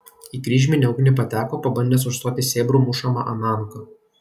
į kryžminę ugnį pateko pabandęs užstoti sėbrų mušamą ananką